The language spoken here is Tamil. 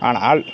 ஆனால்